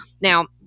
Now